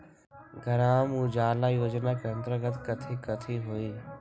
ग्राम उजाला योजना के अंतर्गत कथी कथी होई?